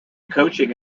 coaching